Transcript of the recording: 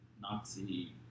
Nazi